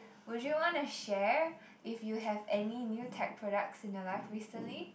would you wanna share if you have any new tech products in your life recently